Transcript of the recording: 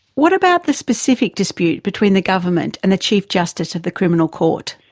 what about the specific dispute between the government and the chief justice of the criminal court?